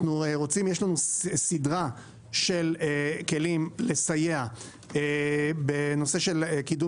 יש לנו סדרה של כלים לסייע בנושא קידום